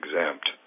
exempt